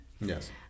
Yes